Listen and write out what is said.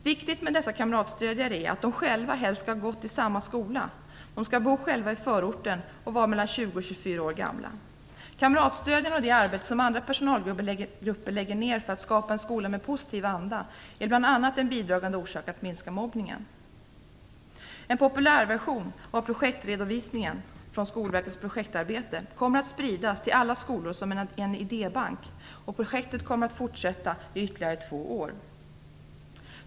Viktigt med dessa kamratstödjare är att de själva helst skall ha gått i samma skola, bo i förorten och vara 20-24 år gamla. Kamratstödjarna och det arbete som andra personalgrupper lägger ner för att skapa en skola med positiv anda är bl.a. en bidragande orsak till att minska mobbningen. Skolverkets projektarbete, kommer att spridas till alla skolor som en idébank. Projektet kommer att fortsätta i ytterligare två år.